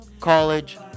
College